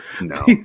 No